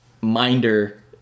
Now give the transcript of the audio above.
minder